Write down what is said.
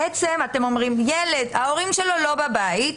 אתם אומרים שילד ההורים שלו לא בבית,